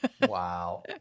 wow